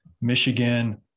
Michigan